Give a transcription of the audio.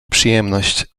przyjemność